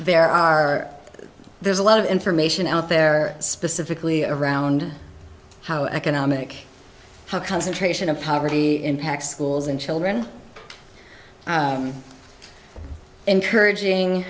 there are there's a lot of information out there specifically around how economic how concentration of poverty impacts schools and children encouraging